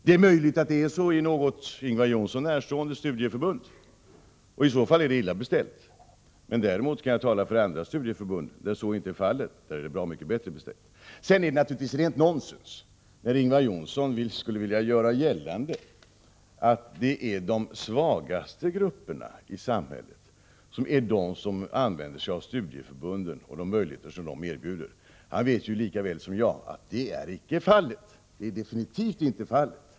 Det är möjligt att det är så i något Ingvar Johnsson närstående studieförbund — i så fall är det illa beställt — men jag kan nämna andra studieförbund, där det inte är så utan bra mycket bättre beställt. Naturligtvis är det rent nonsens när Ingvar Johnsson vill göra gällande att det är de svagaste grupperna i samhället som är de som använder sig av studieförbunden och de möjligheter som dessa erbjuder. Han vet lika väl som jag att så definitivt inte är fallet.